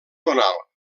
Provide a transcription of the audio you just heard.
tonal